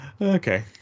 Okay